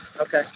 Okay